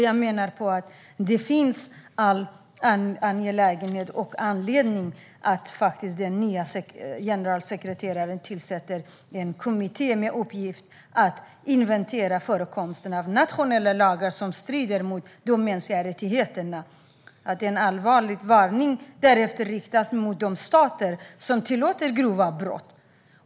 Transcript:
Jag menar att det finns all anledning för den nye generalsekreteraren att tillsätta en kommitté med uppgift att inventera förekomsten av nationella lagar som strider mot de mänskliga rättigheterna. En allvarlig varning bör därefter riktas till de stater som tillåter grova brott.